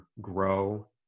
grow